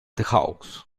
house